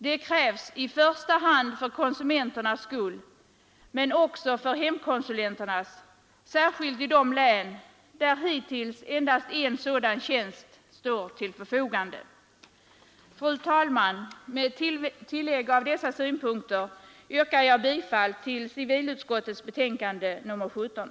Det krävs i första hand för konsumenternas skull men också för hemkonsulenternas, särskilt i de län där hittills endast en sådan tjänst står till förfogande. Fru talman! Med tillägg av dessa synpunkter yrkar jag bifall till vad civilutskottet hemställt i betänkandet nr 17.